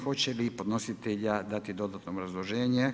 Hoće li podnositelj dati dodatno obrazloženje?